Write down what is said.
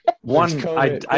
One